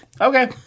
Okay